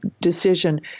decision